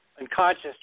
unconscious